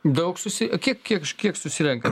daug susi kiek kiek kiek susirenka